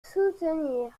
soutenir